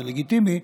זה לגיטימי,